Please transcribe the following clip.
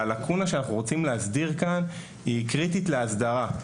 הלקונה שאנחנו רוצים להסדיר כאן היא קריטית לאסדרה.